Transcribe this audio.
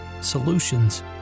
solutions